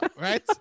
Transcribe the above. right